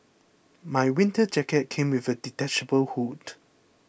my winter jacket came with a detachable hood